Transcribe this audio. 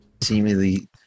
seemingly